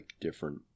different